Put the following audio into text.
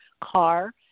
car